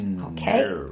okay